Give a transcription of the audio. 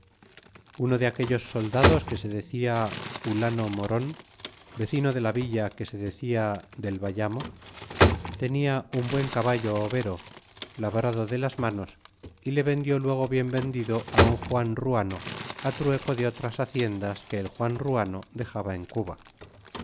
uno de aquellos soldados que se decia butano moron vecino de la villa que se decia delbay amo tenia un buen caballo overo labrado de las manos y le vendió luego bien vendido un juan ruano trueco de otras haciendas que el juan ruano dexaba en cuba